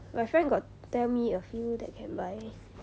my friend got tell me a few that can buy